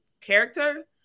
character